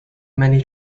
many